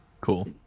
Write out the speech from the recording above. cool